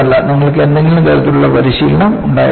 നിങ്ങൾക്ക് എന്തെങ്കിലും തരത്തിലുള്ള പരിശീലനം ഉണ്ടായിരിക്കണം